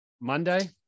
Monday